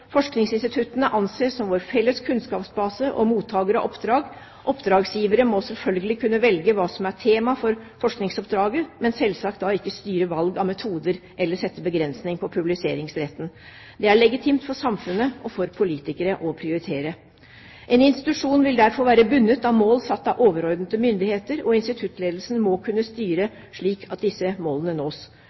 Forskningsinstituttene anses som vår felles kunnskapsbase og mottaker av oppdrag. Oppdragsgivere må selvfølgelig kunne velge hva som er tema for forskningsoppdraget, men selvsagt da ikke styre valg av metoder eller sette begrensninger på publiseringsretten. Det er legitimt for samfunnet og for politikere å prioritere. En institusjon vil derfor være bundet av mål satt av overordnede myndigheter, og instituttledelsen må kunne styre slik at disse målene nås.